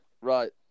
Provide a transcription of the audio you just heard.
Right